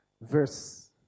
Verse